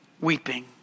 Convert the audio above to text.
weeping